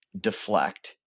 deflect